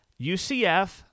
UCF